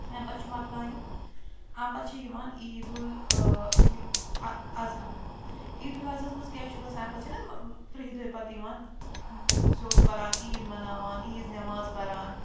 اَمہِ پتہٕ چھُ یہِ مکلان یہِ اَمہِ پتہٕ چھِ یِوان عيدُ الأضحى عيدُ الأضحىس منٛز کیٛاہ چھُ گَژھان اَمہِ پتہٕ چھَنہٕ تٕرہ دۄہِ پتہٕ یِوان سیٚود پَران عيد مناوان عیٖز نیٚماز پَران